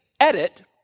edit